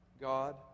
God